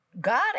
God